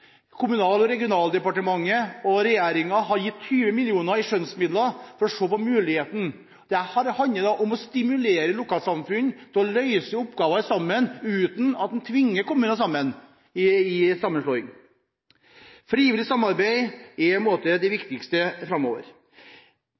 Kommunal- og regionaldepartementet og regjeringen har gitt 20 mill. kr i skjønnsmidler for å se på muligheten. Dette handler om å stimulere lokalsamfunn til å løse oppgaver sammen, uten at en tvinger kommuner til sammenslåing. Frivillig samarbeid er det